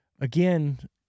Again